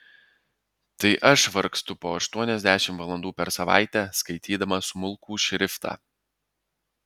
tai aš vargstu po aštuoniasdešimt valandų per savaitę skaitydama smulkų šriftą